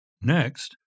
Next